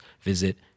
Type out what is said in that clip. visit